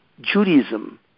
Judaism